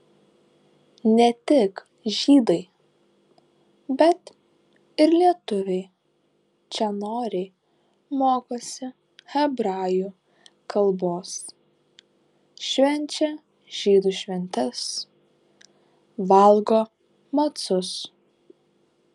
ne tik žydai bet ir lietuviai čia noriai mokosi hebrajų kalbos švenčia žydų šventes valgo macus